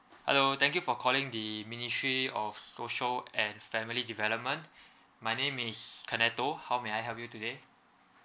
hello thank you for calling the ministry of social and family development my name is kenedol how may I help you today